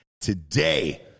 today